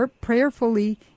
prayerfully